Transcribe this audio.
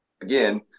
again